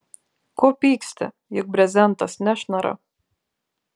ko pyksti juk brezentas nešnara